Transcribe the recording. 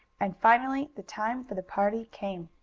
and finally the time for the party came.